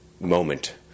moment